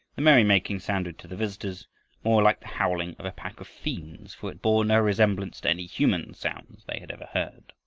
the merrymaking sounded to the visitors more like the howling of a pack of fiends, for it bore no resemblance to any human sounds they had ever heard.